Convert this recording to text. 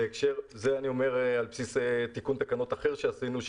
זה אני אומר על בסיס תיקון תקנות אחר שעשינו,